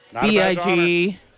B-I-G